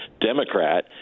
Democrat